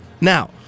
Now